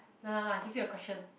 no lah lah give you a question